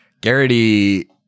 Garrity